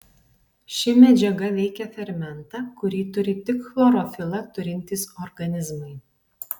ši medžiaga veikia fermentą kurį turi tik chlorofilą turintys organizmai